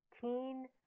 teen